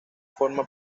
forma